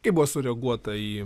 kaip buvo sureaguota į